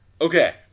Okay